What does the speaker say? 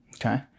okay